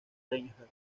reinhardt